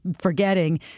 forgetting